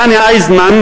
דן אייזנמן,